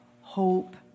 hope